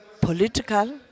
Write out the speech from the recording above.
political